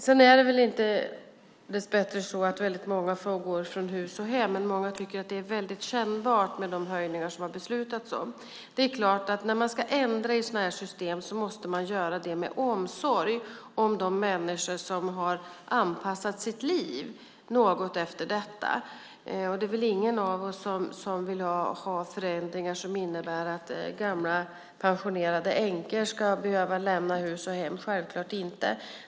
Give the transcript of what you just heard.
Det är dessbättre heller inte så att många får gå från hus och hem, även om många tycker att det är väldigt kännbart med de höjningar som det har beslutats om. Det är klart att när man ska ändra i sådana här system måste man göra det med omsorg om de människor som i någon mån har anpassat sitt liv efter det. Det är ingen av oss som vill ha förändringar som innebär att gamla pensionerade änkor ska behöva lämna hus och hem - självklart inte.